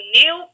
new